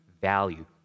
value